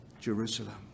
Jerusalem